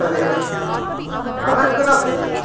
तदेव अनन्तरम्